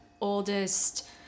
oldest